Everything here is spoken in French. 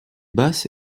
basse